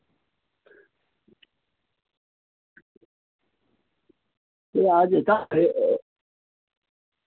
ए हजुर एकै दिनमा घुम्नु भयो भने तपाईँको सबै घुम्नु भयो भने चाहिँ चार हजार जति लिन्छु हो तपाईँको तर अलिक समय चाहिँ तपाईँले छिट्छिटो गरिदिनु पऱ्यो डेलो अँ पहिला लाभा पुगेर लाभा त गुम्पै जानुहुने होला सायद